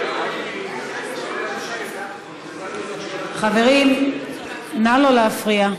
בבקשה,